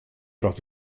troch